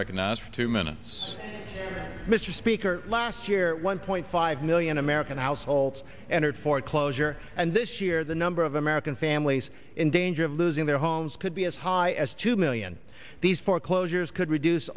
recognize for two minutes mr speaker last year one point five million american households entered foreclosure and this year the number of american families in danger of losing their homes could be as high as two million these foreclosures could reduce